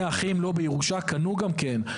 שני אחים, לא בירושה, קנו גם, כן.